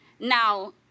Now